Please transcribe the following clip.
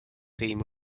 theme